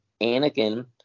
anakin